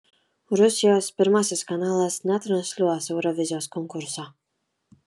rusijos pirmasis kanalas netransliuos eurovizijos konkurso